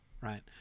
right